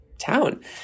town